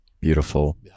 Beautiful